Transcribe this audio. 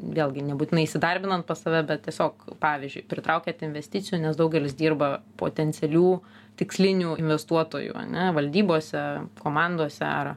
vėlgi nebūtinai įsidarbinant pas save bet tiesiog pavyzdžiui pritraukiant investicijų nes daugelis dirba potencialių tikslinių investuotojų ane valdybose komandose ar